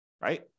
right